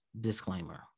disclaimer